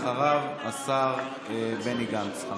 אחריו, השר בני גנץ.